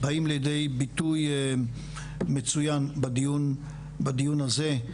באים לידי ביטוי מצוין בדיון הזה.